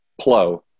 Plo